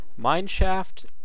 mineshaft